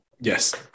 Yes